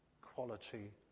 quality